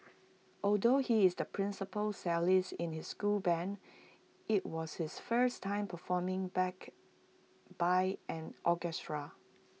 although he is the principal cellist in his school Band IT was his first time performing backed by an orchestra